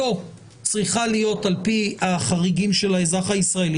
שיציאתו צריכה להיות על פי החריגים של האזרח הישראלי,